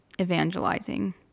evangelizing